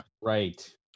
right